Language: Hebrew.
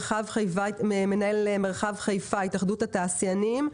מנהל מרחב חיפה בהתאחדות התעשיינים.